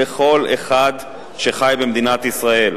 לכל אחד שחי במדינת ישראל.